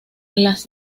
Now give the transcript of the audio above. las